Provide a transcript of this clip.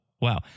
Wow